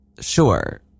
sure